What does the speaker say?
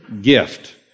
gift